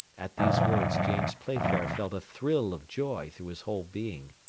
at these words james playfair felt a thrill of joy through his whole being.